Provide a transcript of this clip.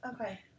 Okay